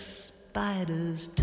spider's